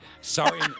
sorry